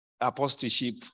apostleship